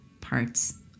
parts